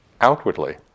outwardly